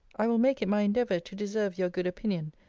i will make it my endeavour to deserve your good opinion,